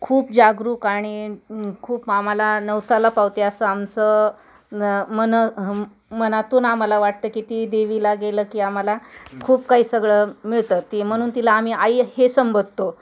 खूप जागरूक आणि खूप आम्हाला नवसाला पावते असं आमचं मन मनातून आम्हाला वाटतं की ती देवीला गेलं की आम्हाला खूप काही सगळं मिळतं ती म्हणून तिला आम्ही आई हे संबधतो